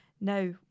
Now